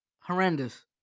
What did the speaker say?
horrendous